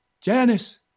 Janice